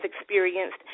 experienced